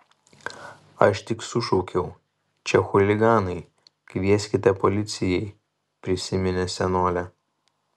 aš tik sušaukiau čia chuliganai kvieskite policijai prisiminė senolė